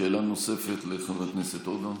שאלה נוספת לחבר הכנסת עודה.